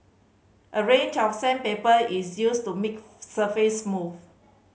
a range of sandpaper is used to make surface smooth